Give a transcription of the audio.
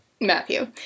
Matthew